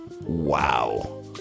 wow